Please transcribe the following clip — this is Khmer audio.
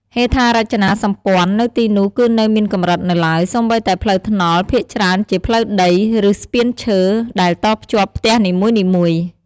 ហេដ្ឋារចនាសម្ព័ន្ធ នៅទីនោះគឺនៅមានកម្រិតនៅឡើយ សូម្បីតែផ្លូវថ្នល់ ភាគច្រើនជាផ្លូវដី ឬស្ពានឈើ ដែលតភ្ជាប់ផ្ទះនីមួយៗ។